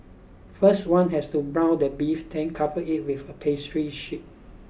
first one has to brown the beef then cover it with a pastry sheet